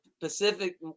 Pacific